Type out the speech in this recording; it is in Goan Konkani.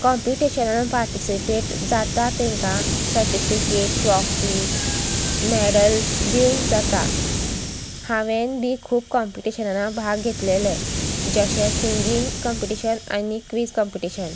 कॉम्पिटिशनान पार्टिसिपेट जाता तांकां सर्टिफिकेट ट्रॉफीज मॅडल दिवूंक जाता हांवें बी खूब कॉम्पिटिशनान भाग घेतलेले जशें सिंगींग कॉम्पिटिशन आनी क्वीज कॉम्पिटीशन